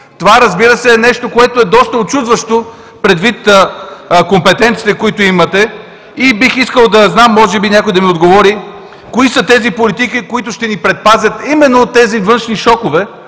Това, разбира се, е нещо, което е доста учудващо, предвид компетенциите, които имате. Бих искал да знам, може би някой да ми отговори: кои са тези политики, които ще ни предпазят именно от тези външни шокове,